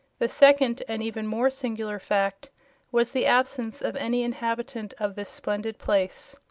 the second and even more singular fact was the absence of any inhabitant of this splendid place.